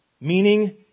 Meaning